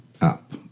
up